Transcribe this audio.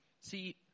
See